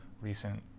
recent